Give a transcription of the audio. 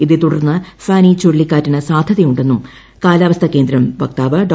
ഇതേ തുടർന്ന് ഫാനി ചുഴലിക്കാറ്റിന് സാധ്യതയുണ്ടെന്നും കാലാവസ്ഥാകേന്ദ്രം വക്താവ് ഡോ